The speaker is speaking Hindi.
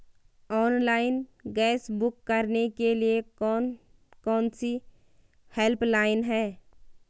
ऑनलाइन गैस बुक करने के लिए कौन कौनसी हेल्पलाइन हैं?